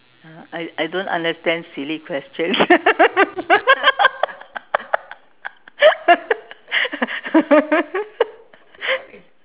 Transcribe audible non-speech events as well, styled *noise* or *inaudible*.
I I don't understand silly questions *laughs*